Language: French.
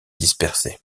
dispersé